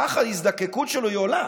כך ההזדקקות שלו עולה,